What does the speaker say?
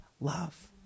love